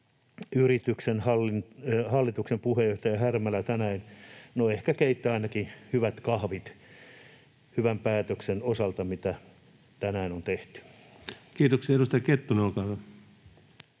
yrityksen hallituksen puheenjohtaja, Härmälä, siellä tänään... No, ehkä keittää ainakin hyvät kahvit hyvän päätöksen osalta, mikä tänään on tehty. Kiitoksia. — Edustaja Kettunen, olkaa hyvä.